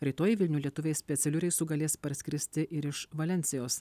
rytoj į vilnių lietuviai specialiu reisu galės parskristi ir iš valensijos